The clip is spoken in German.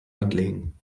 anlegen